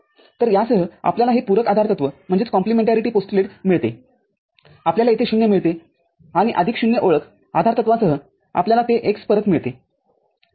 तर यासह आपल्याला हे पूरक आधारतत्व मिळते आपल्याला येथे ० मिळते आणि आदिक ० ओळख आधारतत्वासह आपल्याला ते x परत मिळते ठीक आहे